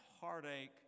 heartache